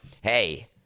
Hey